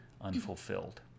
unfulfilled